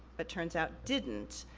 but turns out didn't,